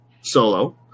Solo